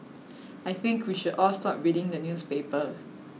I think we should all stop reading the newspaper